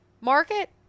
market